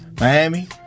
Miami